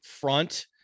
front